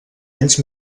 anys